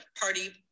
party